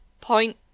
point